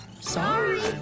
Sorry